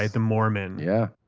and the mormon. yeah